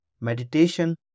meditation